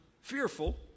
fearful